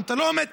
אם אתה לא עומד,